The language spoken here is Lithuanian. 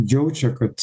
jaučia kad